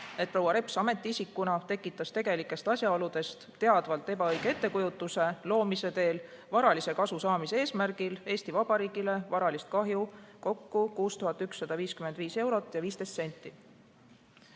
et Mailis Reps ametiisikuna tekitas tegelikest asjaoludest teadvalt ebaõige ettekujutuse loomise teel varalise kasu saamise eesmärgil Eesti Vabariigile varalist kahju kokku 6155 eurot ja 15 senti.